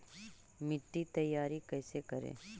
मिट्टी तैयारी कैसे करें?